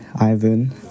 Ivan